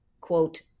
quote